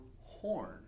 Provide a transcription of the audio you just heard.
horn